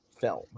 film